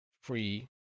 free